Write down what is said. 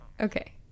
Okay